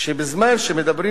שבזמן שמדברים,